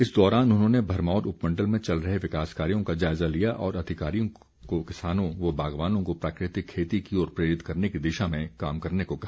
इस दौरान उन्होंने भरमौर उपमण्डल में चल रहे विकास कार्यो का जायजा लिया और अधिकारियों को किसानों व बागवानों को प्राकृतिक खेती की ओर प्रेरित करने की दिशा में काम करने को कहा